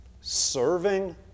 serving